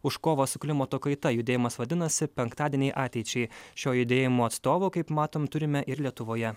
už kovą su klimato kaita judėjimas vadinasi penktadieniai ateičiai šio judėjimo atstovo kaip matom turime ir lietuvoje